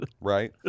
right